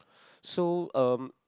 so um